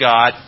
God